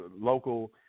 local